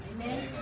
Amen